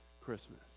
Christmas